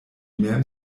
mem